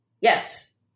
Yes